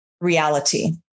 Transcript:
reality